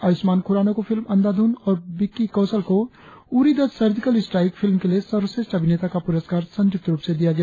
आयुष्मान खुराना को फिल्म अंधाधुन और विक्की कौशल को Uri the surgical strike film के लिए सर्वश्रेष्ठ अभिनेता का पुरस्कार संयुक्त रुप से दिया गया